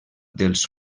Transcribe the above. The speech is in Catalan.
dels